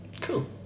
Cool